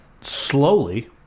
slowly